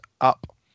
up